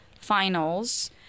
Finals